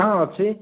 ହଁ ଅଛି